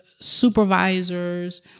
supervisors